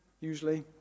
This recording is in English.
usually